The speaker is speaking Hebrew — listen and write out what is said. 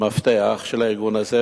של הארגון הזה,